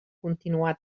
continuar